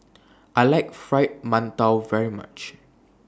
I like Fried mantou very much